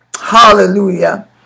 Hallelujah